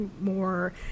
more